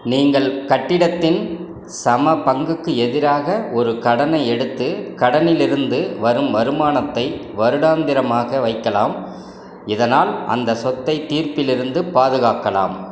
நீங்கள் கட்டிடத்தின் சமபங்குக்கு எதிராக ஒரு கடனை எடுத்து கடனிலிருந்து வரும் வருமானத்தை வருடாந்திரமாக வைக்கலாம் இதனால் அந்த சொத்தை தீர்ப்பிலிருந்து பாதுகாக்கலாம்